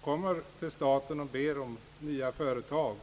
kommer till staten och ber om nya företag.